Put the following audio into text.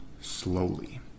slowly